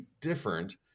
different